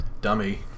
dummy